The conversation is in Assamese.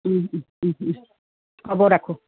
হ'ব ৰাখোঁ